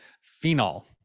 phenol